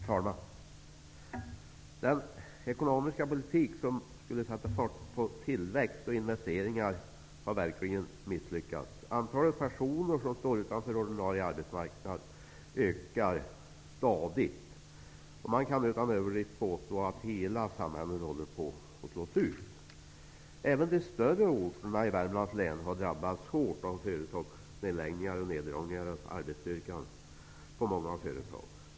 Herr talman! Den ekonomiska politik som skulle sätta fart på tillväxt och investeringar har verkligen misslyckats. Antalet personer som står utanför ordinarie arbetsmarknad ökar stadigt. Man kan utan överdrift påstå att hela samhällen håller på att slås ut. Även de större orterna i Värmlands län har drabbats hårt av företagsnedläggningar och neddragningar av arbetsstyrkan på många företag.